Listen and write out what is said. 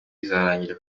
izarangira